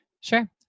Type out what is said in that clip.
sure